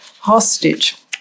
hostage